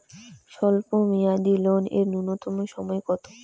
স্বল্প মেয়াদী লোন এর নূন্যতম সময় কতো?